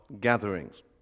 gatherings